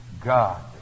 God